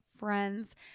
friends